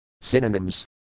Synonyms